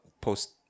post